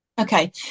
Okay